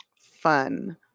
fun